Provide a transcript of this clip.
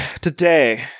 Today